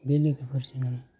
बे लोगोफोरजों आं